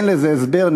אין לזה הסבר,